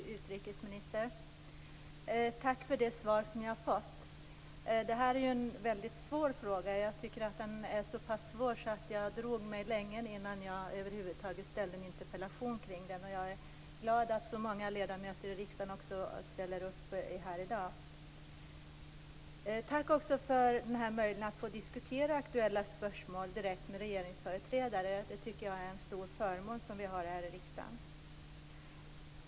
Fru talman! Fru utrikesminister! Tack för det svar jag har fått! Det här är en väldigt svår fråga. Den är så pass svår att jag drog mig länge innan jag över huvud taget ställde min interpellation. Jag är glad att så många ledamöter i riksdagen ställer upp här i dag. Tack också för den här möjligheten att diskutera aktuella spörsmål direkt med regeringsföreträdare. Det är en stor förmån som vi har här i riksdagen.